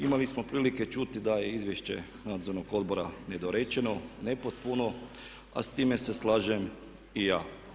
Imali smo prilike čuti da je Izvješće Nadzornog odbora nedorečeno, nepotpuno a s time se slažem i ja.